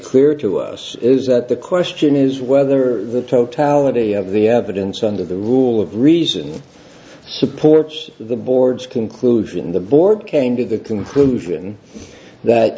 clear to us is that the question is whether the totality of the evidence under the rule of reason supports the board's conclusion the board came to the conclusion that